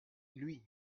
lui